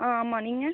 ஆ ஆமாம் நீங்கள்